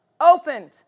opened